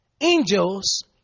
angels